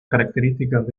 características